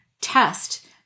test